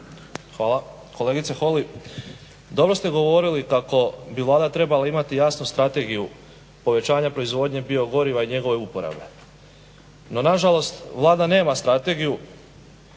Hvala. Kolegice Holy, dobro ste govorili kako bi Vlada trebala imati jasnu strategiju povećanja proizvodnje biogoriva i njegove uporabe. No, na žalost Vlada nema strategiju